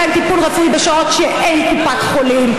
להם טיפול רפואי בשעות שאין קופת חולים.